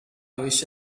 wished